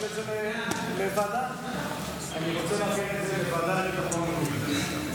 חבר הכנסת לוי מציע לוועדה לביטחון לאומי.